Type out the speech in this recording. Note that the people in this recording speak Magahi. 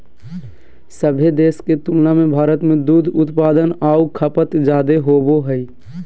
सभे देश के तुलना में भारत में दूध उत्पादन आऊ खपत जादे होबो हइ